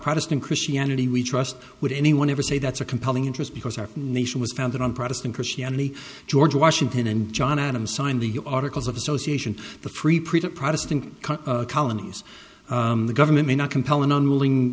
protestant christianity we trust would anyone ever say that's a compelling interest because our nation was founded on protestant christianity george washington and john adams signed the articles of association the free printer protestant colonies the government may not compel an unwilling